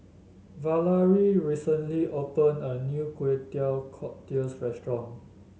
Valarie recently opened a new Kway Teow Cockles restaurant